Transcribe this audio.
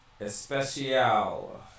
Especial